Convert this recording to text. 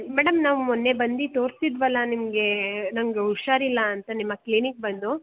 madam ನಾವು ಮೊನ್ನೆ ಬಂದು ತೋರಿಸಿದ್ವಲಾ ನಿಮಗೆ ನಂಗೆ ಹುಷಾರಿಲ್ಲ ಅಂತ ನಿಮ್ಮ ಕ್ಲಿನಿಕ್ ಬಂದು